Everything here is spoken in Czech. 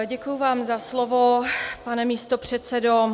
Děkuji vám za slovo, pane místopředsedo.